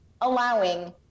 allowing